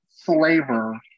flavor